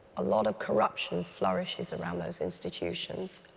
a lot of corruption flourishes around those institutions.